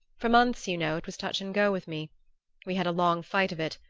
for months, you know, it was touch and go with me we had a long fight of it,